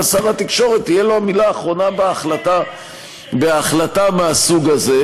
שר התקשורת תהיה לו המילה האחרונה בהחלטה מהסוג הזה,